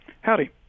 Howdy